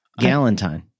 Galentine